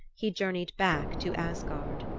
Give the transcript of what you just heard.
he journeyed back to asgard.